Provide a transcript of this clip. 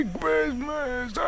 Christmas